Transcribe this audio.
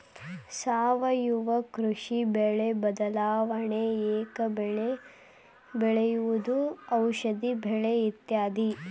ಸಾವಯುವ ಕೃಷಿ, ಬೆಳೆ ಬದಲಾವಣೆ, ಏಕ ಬೆಳೆ ಬೆಳೆಯುವುದು, ಔಷದಿ ಬೆಳೆ ಇತ್ಯಾದಿ